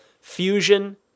Fusion